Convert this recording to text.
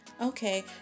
Okay